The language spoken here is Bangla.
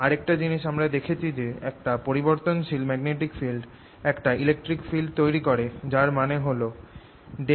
আরেকটা জিনিস আমরা দেখেছি যে একটা পরিবর্তনশীল ম্যাগনেটিক ফিল্ড একটা ইলেকট্রিক ফিল্ড তৈরি করে যার মানে হল ∂B∂t≠0